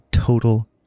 Total